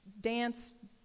dance